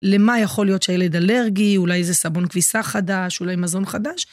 למה יכול להיות שהילד אלרגי, אולי איזה סבון כביסה חדש, אולי מזון חדש?